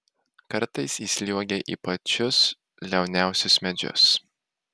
kartais įsliuogia į pačius liauniausius medžius